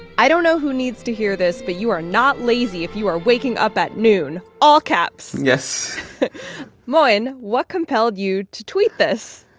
i don't know who needs to hear this, but you are not lazy if you are waking up at noon all caps yes moin, what compelled you to tweet this?